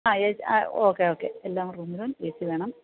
ആ എ ആ ഓക്കെ ഓക്കെ എല്ലാ റൂമിലും എ സി വേണം